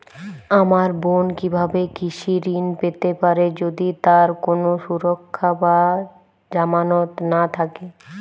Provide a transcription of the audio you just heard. আমার বোন কীভাবে কৃষি ঋণ পেতে পারে যদি তার কোনো সুরক্ষা বা জামানত না থাকে?